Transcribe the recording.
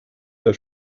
der